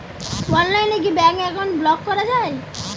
অনলাইনে কি bank account block করা য়ায়?